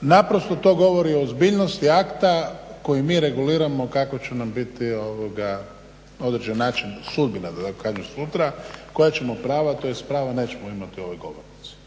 naprosto to govori o ozbiljnosti akta kojim mi reguliramo kako će nam biti na određen način sudbina da tako kažem sutra, koja ćemo prava, tj. prava nećemo imati u ovoj govornici.